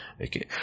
Okay